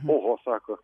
oho sako